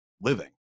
living